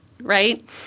right